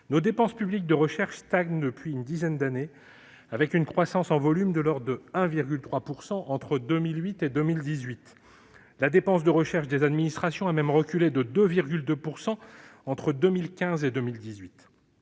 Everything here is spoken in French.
nos dépenses publiques de recherche stagnent depuis une dizaine d'années, avec une croissance en volume de l'ordre de 1,3 % entre 2008 et 2018. La dépense de recherche des administrations a même reculé de 2,2 % entre 2015 et 2018